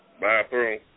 Bathroom